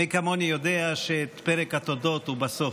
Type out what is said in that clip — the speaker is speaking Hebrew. מי כמוני יודע שפרק התודות הוא בסוף,